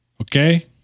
Okay